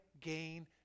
gain